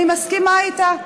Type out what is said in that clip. אני מסכימה איתה,